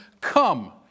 come